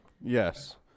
Yes